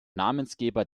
namensgeber